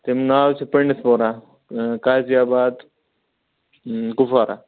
تمیُک ناو چھُ پنڈِت پورہ گازیا آباد کُپوارہ